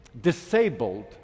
disabled